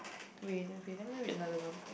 wait eh wait let me read another one